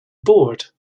board